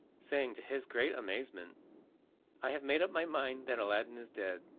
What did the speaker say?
saying to his great amazement i have made up my mind that aladdin is dead,